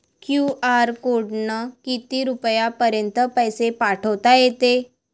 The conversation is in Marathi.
क्यू.आर कोडनं किती रुपयापर्यंत पैसे पाठोता येते?